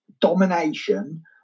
domination